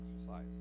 exercise